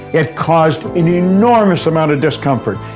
it caused an enormous amount of discomfort,